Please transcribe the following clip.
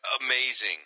Amazing